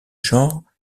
genre